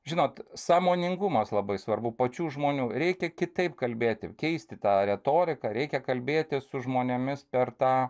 žinot sąmoningumas labai svarbu pačių žmonių reikia kitaip kalbėti keisti tą retoriką reikia kalbėtis su žmonėmis per tą